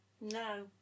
No